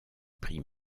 prix